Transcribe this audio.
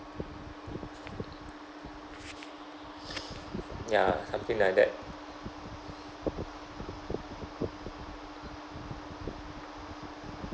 ya something like that